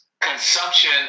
consumption